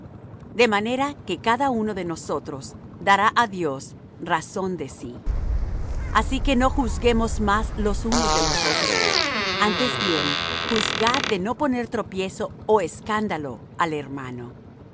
de manera que cada uno de nosotros dará á dios razón de sí así que no juzguemos más los unos de los otros antes bien juzgad de no poner tropiezo ó escándalo al hermano